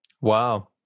Wow